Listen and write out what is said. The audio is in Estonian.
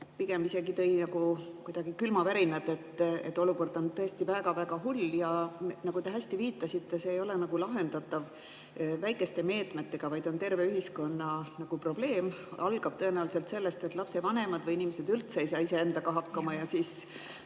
tõi isegi nagu külmavärinad, sest olukord on tõesti väga-väga hull. Ja nagu te hästi viitasite, see ei ole lahendatav väikeste meetmetega, vaid on terve ühiskonna probleem, algab tõenäoliselt sellest, et lapsevanemad või inimesed üldse ei saa iseendaga hakkama ja siis